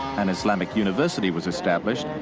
an islamic university was established,